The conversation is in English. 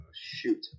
shoot